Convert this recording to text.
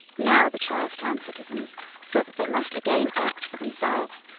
now the charles town citizens saw that they must again act for themselves,